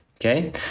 okay